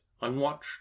unwatched